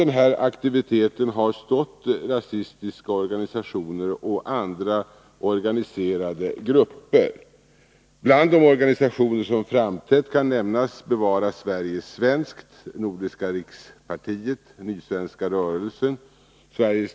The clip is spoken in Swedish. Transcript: Nyligen hölls ett symposium om invandrarfientliga och rasistiska tendenser i Sverige vid sociologiska institutionen i Göteborg.